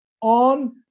on